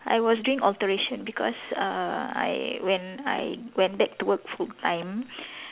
I was doing alteration because err I when I went back to work full time